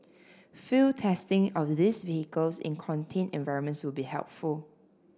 field testing of these vehicles in contained environments will be helpful